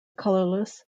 colorless